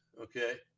okay